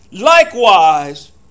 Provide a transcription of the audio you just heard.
likewise